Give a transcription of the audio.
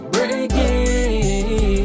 Breaking